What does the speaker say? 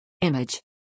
Image